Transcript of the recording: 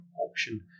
option